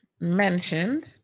mentioned